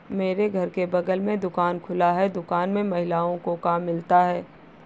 मेरे घर के बगल में दुकान खुला है दुकान में महिलाओं को काम मिलता है